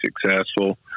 successful